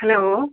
hello